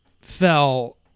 fell